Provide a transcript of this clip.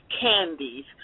candies